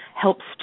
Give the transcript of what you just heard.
helps